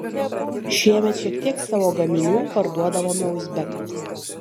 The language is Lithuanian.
šiemet šiek tiek savo gaminių parduodavome uzbekams